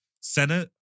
Senate